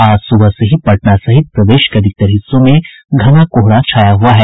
आज सुबह से पटना सहित प्रदेश के अधिकतर हिस्सों में घना कोहरा छाया हुआ है